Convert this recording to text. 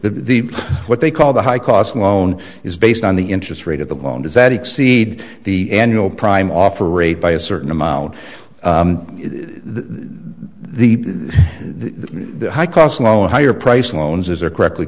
the what they call the high cost alone is based on the interest rate of the loan does that exceed the annual prime offer rate by a certain amount the high cost loan higher price loans or correctly